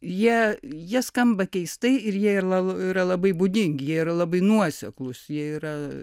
jie jie skamba keistai ir jie ir yra labai būdingi ir labai nuoseklūs jie yra